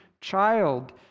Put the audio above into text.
child